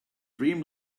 dream